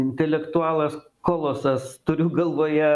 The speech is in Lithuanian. intelektualas kolosas turiu galvoje